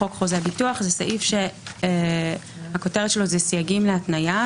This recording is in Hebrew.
לחוק חוזה הביטוח זה סעיף שהכותרת שלו זה סייגים להתניה,